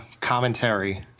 Commentary